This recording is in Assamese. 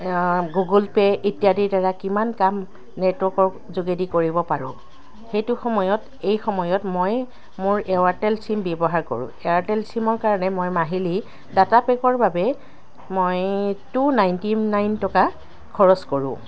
গুগল পে' ইত্যাদিৰ দ্বাৰা কিমান কাম নেটৱৰ্কৰ যোগেদি কৰিব পাৰোঁ সেইটো সময়ত এই সময়ত মই মোৰ এয়াৰটেল চিম ব্যৱহাৰ কৰোঁ এয়াৰটেল চিমৰ কাৰণে মই মাহিলী ডাটা পেকৰ বাবে মই টু নাইণ্টি নাইন টকা খৰচ কৰোঁ